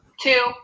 Two